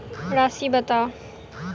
राशि बताउ